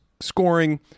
scoring